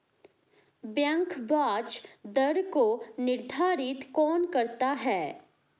Bank ब्याज दर को निर्धारित कौन करता है?